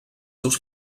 seus